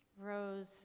Rose